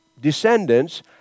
descendants